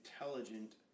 intelligent